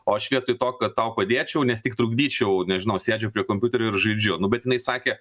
o aš vietoj to kad tau padėčiau nes tik trukdyčiau nežinau sėdžiu prie kompiuterio ir žaidžiu nu bet jinai sakė